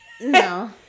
No